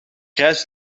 reis